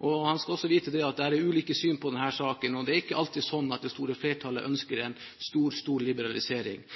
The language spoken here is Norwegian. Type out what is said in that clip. Han skal også vite at det er ulike syn på denne saken. Det er ikke alltid sånn at det store flertallet ønsker en stor, stor liberalisering.